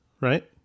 right